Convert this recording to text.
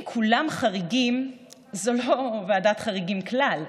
אם כולם חריגים זו לא ועדת חריגים כלל,